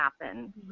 happen